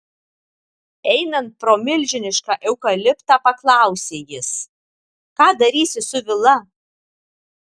einant pro milžinišką eukaliptą paklausė jis ką darysi su vila